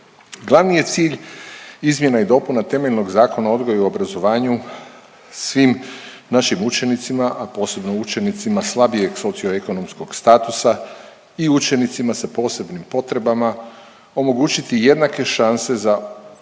Glavni je cilj izmjena i dopuna temeljnog Zakona o odgoju i obrazovanju svim našim učenicima, a posebno učenicima slabijeg socioekonomskog statusa i učenicima sa posebnim potrebama omogućiti jednake šanse za osnovni